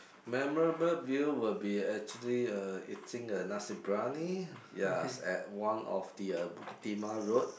memorable meal will be actually uh eating a nasi-biryani ya at one of the uh Bukit-Timah road